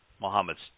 Muhammad's